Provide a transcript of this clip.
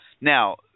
Now